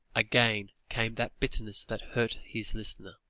again came that bitterness that hurt his listener